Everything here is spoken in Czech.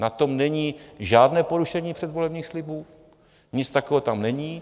Na tom není žádné porušení předvolebních slibů, nic takového tam není.